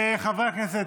חברי הכנסת